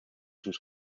sus